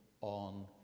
on